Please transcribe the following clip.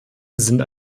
sind